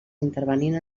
intervenint